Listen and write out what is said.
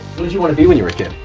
did you wanna do when you were a kid?